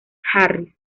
harris